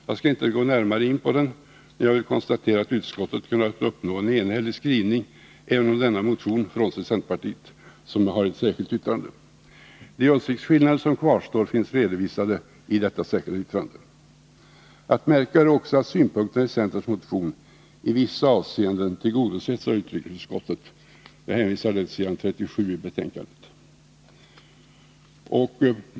Jag skall inte gå närmare in på den, men jag vill konstatera att utskottet kunnat uppnå en enhällig skrivning även om denna motion, eftersom centerpartiet endast har ett särskilt yttrande. De åsiktsskillnader som kvarstår finns redovisade i detta särskilda yttrande. Att märka är också att synpunkterna i centerns motion i vissa avseenden tillgodosetts av utrikesutskottet — jag hänvisar där till s. 37 och följande i betänkandet.